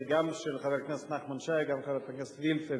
גם של חבר הכנסת נחמן שי וגם של חברת הכנסת וילף,